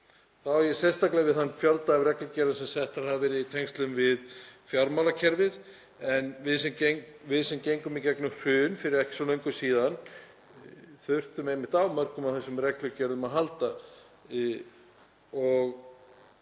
á ég sérstaklega við þann fjölda af reglugerðum sem settar hafa verið í tengslum við fjármálakerfið, en við sem gengum í gegnum hrun fyrir ekki svo löngu síðan þurftum á mörgum af þessum reglugerðum að halda.